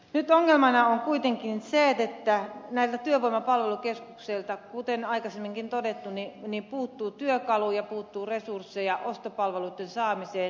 nyt ongelmana on kuitenkin se että näiltä työvoimapalvelukeskuksilta kuten aikaisemminkin on todettu puuttuu työkaluja puuttuu resursseja ostopalveluitten saamiseen